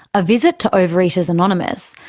a visit to overeaters anonymous,